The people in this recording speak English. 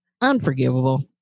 unforgivable